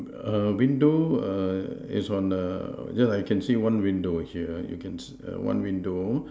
err window err is on the ya I can see one window here err one window